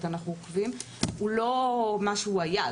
אנחנו עוקבים והוא אומנם לא מה שהיה,